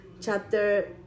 chapter